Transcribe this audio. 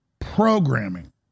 programming